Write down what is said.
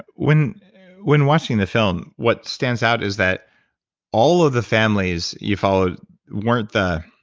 when when watching the film, what stands out is that all of the families you followed weren't the.